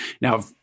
now